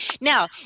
Now